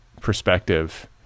perspective